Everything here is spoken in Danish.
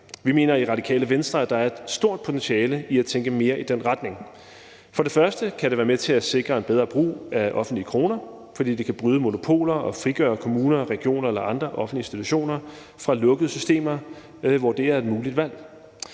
Vi mener i Radikale Venstre, at der er et stort potentiale i at tænke mere i den retning. For det første kan det være med til at sikre en bedre brug af offentlige kroner, fordi det kan bryde monopoler og frigøre kommuner og regioner eller andre offentlige institutioner fra lukkede systemer, hvor det er et muligt valg.